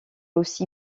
aussi